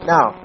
Now